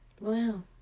Wow